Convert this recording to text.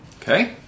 Okay